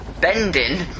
bending